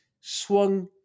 swung